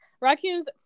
Raccoons